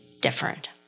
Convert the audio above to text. different